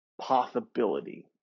possibility